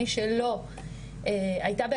שלא היה להן